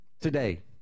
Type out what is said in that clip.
today